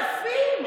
אלפים.